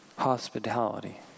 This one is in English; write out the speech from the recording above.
hospitality